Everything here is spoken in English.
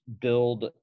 build